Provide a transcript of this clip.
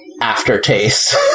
aftertaste